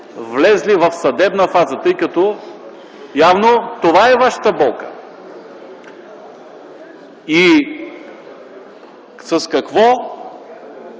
влезли в съдебна фаза, тъй като явно това е вашата болка. И с какво